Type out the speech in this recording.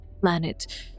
planet